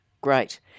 great